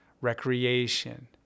recreation